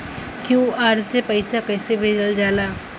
QR से पैसा कैसे भेजल जाला?